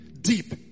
deep